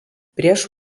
prieš